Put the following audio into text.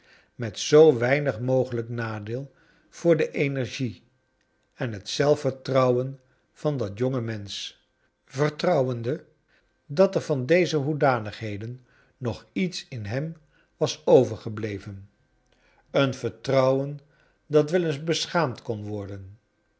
met zoo weinig mogelijk nadeel voor de energie en net zelfvertrouwen van dat jonge mensch vertrouwende dat er van deze hoedanigheden nog iets in bem was overgebleven een vertrouwen dat wel eens bescha amd kon worden